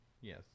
Yes